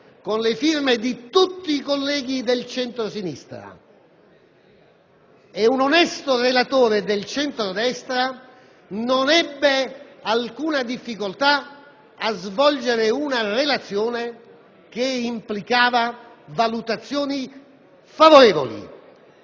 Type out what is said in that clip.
le firme di tutti i colleghi del centrosinistra, e che un onesto relatore del centrodestra non ebbe alcuna difficoltà a svolgere una relazione che implicava valutazioni favorevoli.